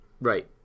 Right